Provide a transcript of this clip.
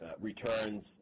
returns